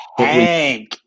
Tank